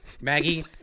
Maggie